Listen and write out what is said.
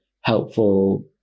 helpful